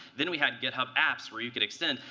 then we had github apps, where you could extend.